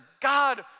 God